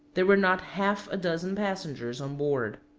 there were not half a dozen passengers on board.